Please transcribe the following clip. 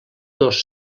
dos